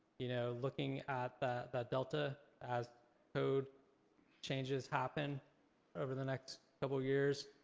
you know looking at that delta as code changes happen over the next couple years,